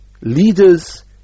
leaders